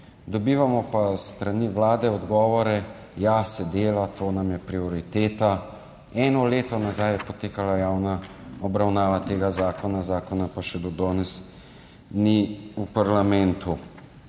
Dobivamo pa s strani Vlade odgovore: ja, se dela, to nam je prioriteta. Eno leto nazaj je potekala javna obravnava tega zakona, zakona pa še do danes ni v parlamentu.